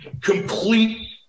complete